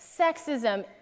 sexism